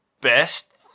best